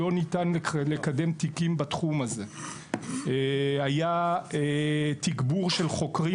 לא ניתן לקדם תיקים בתחום הזה; היה תגבור של חוקרים